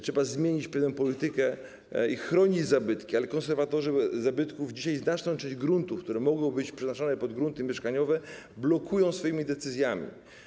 Trzeba zmienić pewną politykę i chronić zabytki, ale dzisiaj konserwatorzy zabytków znaczną część gruntów, które mogłyby być przeznaczane pod grunty mieszkaniowe, blokują swoimi decyzjami.